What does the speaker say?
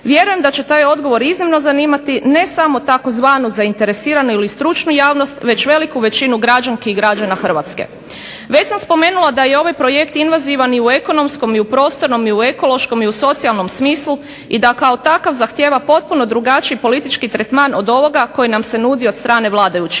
Vjerujem da će taj odgovor iznimno zanimati ne samo tzv. zainteresiranu ili stručnu javnost već veliku većinu građanki i građana Hrvatske. Već sam spomenula da je ovaj projekt invazivan i u ekonomskom i u prostornom i u ekološkom i u socijalnom smislu i da kao takav zahtijeva potpuno drugačiji politički tretman od ovoga koji nam se nudi od strane vladajućih.